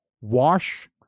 wash